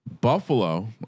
Buffalo